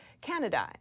Canada